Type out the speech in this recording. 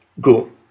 go